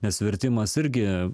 nes vertimas irgi